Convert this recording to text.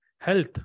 health